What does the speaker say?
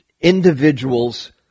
individuals